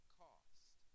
cost